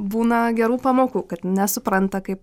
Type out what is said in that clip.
būna gerų pamokų kad nesupranta kaip